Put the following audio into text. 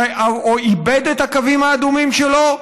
שאיבד את הקווים האדומים שלו,